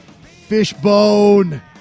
Fishbone